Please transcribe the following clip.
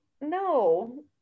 no